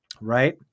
Right